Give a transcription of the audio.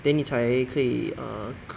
then 你才可以 err